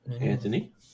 Anthony